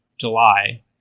July